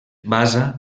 basa